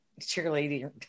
cheerleader